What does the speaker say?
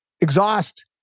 exhaust